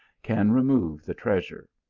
can remove the treasure.